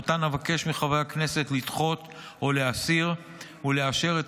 ואבקש מחברי הכנסת לדחות או להסיר אותן ולאשר את